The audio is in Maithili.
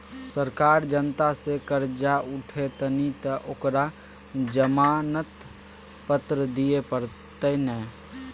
सरकार जनता सँ करजा उठेतनि तँ ओकरा जमानत पत्र दिअ पड़तै ने